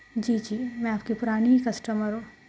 جی جی میں آپ کی پرانی کسٹمر ہوں